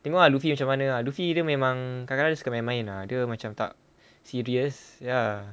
tengok ah loofy macam mana ah loofy dia memang kadang-kadang suka main-main ah dia macam tak tak serious ya